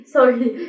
Sorry